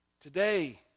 Today